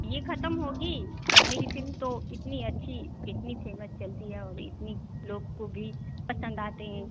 ये ख़त्म होगी अब मेरी फिल्म तो इतनी अच्छी इतनी फेमस चलती है और इतने लोग को भी पसंद आती है